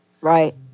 right